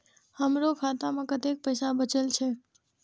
हमरो खाता में कतेक पैसा बचल छे?